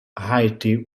haiti